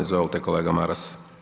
Izvolite kolega Maras.